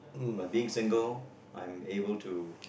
but being single I'm able to